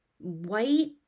white